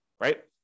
right